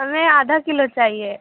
ہمیں آدھا کلو چاہیے